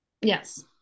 Yes